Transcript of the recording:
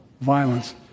violence